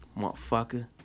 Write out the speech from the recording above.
Motherfucker